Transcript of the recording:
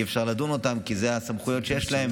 אי-אפשר לדון אותם, כי אלה הסמכויות שיש להם.